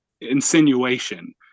insinuation